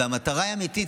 והמטרה היא אמיתית,